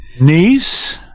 Niece